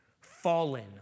fallen